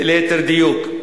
ליתר דיוק,